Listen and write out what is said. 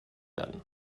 werden